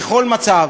בכל מצב,